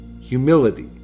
humility